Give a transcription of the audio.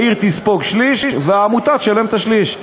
העיר תספוג שליש והעמותה תשלם שליש.